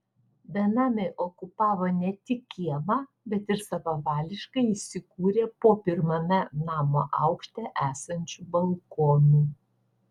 benamiai okupavo ne tik kiemą bet ir savavališkai įsikūrė po pirmame namo aukšte esančiu balkonu